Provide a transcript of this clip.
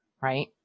right